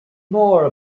more